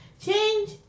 Change